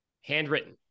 handwritten